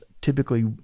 typically